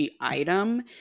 item